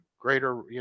greater